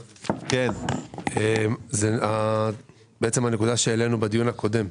כן, בעצם הנקודה שהעלינו בדיון הקודם,